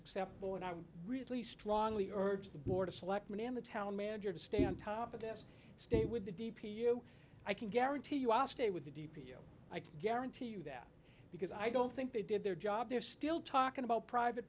acceptable and i really strongly urge the board of selectmen and the town manager to stay on top of this stay with the d p you i can guarantee you i'll stay with the d p i can guarantee you that because i don't think they did their job they're still talking about private